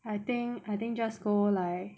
I think I think just go like